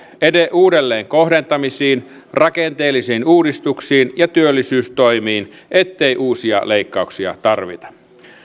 uudelleenkohdentamisiin rakenteellisiin uudistuksiin ja työllisyystoimiin ettei uusia leikkauksia tarvita